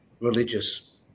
religious